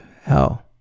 hell